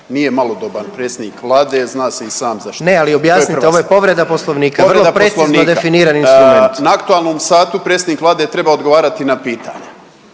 Nije malodoban predsjednik Vlade, zna se i sam zaštititi. …/Upadica predsjednik: Ne ali objasnite, ovo je povreda Poslovnika, vrlo precizno definirani instrument./… Na aktualnom satu predsjednik Vlade je trebao odgovarati na pitanja,